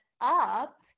up